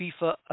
FIFA